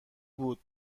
بود